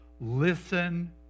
Listen